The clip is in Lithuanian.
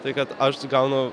tai kad aš gaunu